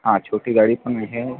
हा छोटी गाडी पण मिळेल